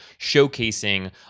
showcasing